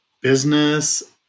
business